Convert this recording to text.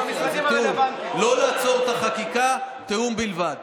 לא לעצור את החקיקה, תיאום בלבד.